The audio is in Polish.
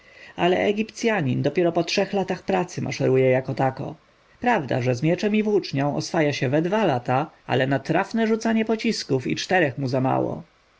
ale egipcjanin dopiero po trzech latach pracy maszeruje jako tako prawda że z mieczem i włócznią oswaja się we dwa lata ale na trafne rzucanie pocisków i czterech mu za